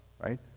right